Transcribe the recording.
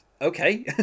okay